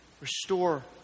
Restore